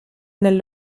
nel